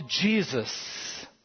Jesus